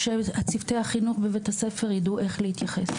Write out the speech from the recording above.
שצוותי החינוך בבית הספר יידעו איך להתייחס,